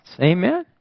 Amen